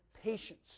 patience